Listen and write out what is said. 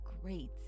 great